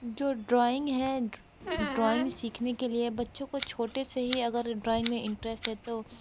जो ड्रॉइंग है ड्रॉइंग सीखने के लिए बच्चों को छोटे से ही अगर ड्रॉइंग में इंटरेस्ट है तो